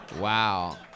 Wow